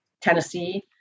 Tennessee